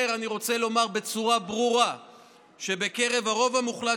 אני רוצה לומר בצורה ברורה שבקרב הרוב המוחלט